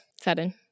sudden